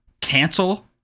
cancel